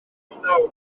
prynhawn